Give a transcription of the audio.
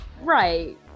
right